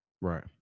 Right